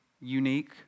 unique